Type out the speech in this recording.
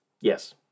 Yes